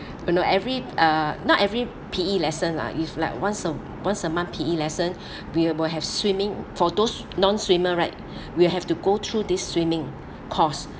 but not every uh not every P_E lesson lah if like once a once a month P_E lesson we will have swimming for those non-swimmer right we have to go through this swimming course